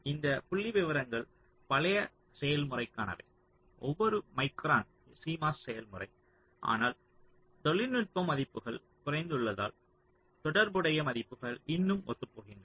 இந்த புள்ளிவிவரங்கள் பழைய செயல்முறைக்கானவை ஒரு மைக்ரான் CMOS செயல்முறை ஆனால் தொழில்நுட்பம் மதிப்புகள் குறைத்துள்ளதால் தொடர்புடைய மதிப்புகள் இன்னும் ஒத்துப்போகின்றன